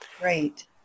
Great